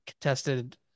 contested